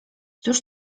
cóż